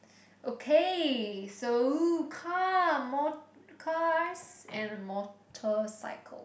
okay so come more cars and motorcycle